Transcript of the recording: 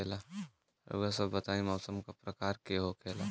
रउआ सभ बताई मौसम क प्रकार के होखेला?